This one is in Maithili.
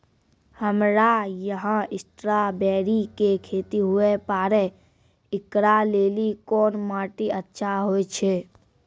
हमरा यहाँ स्ट्राबेरी के खेती हुए पारे, इकरा लेली कोन माटी अच्छा होय छै?